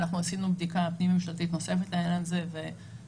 אנחנו עשינו בדיקה פנים ממשלתית נוספת בעניין הזה ועמדת